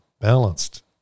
balanced